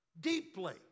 deeply